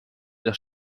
der